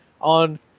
on